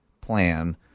plan